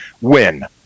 win